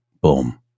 boom